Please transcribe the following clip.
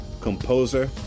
composer